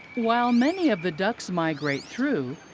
while many of the ducks migrate through,